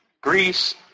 Greece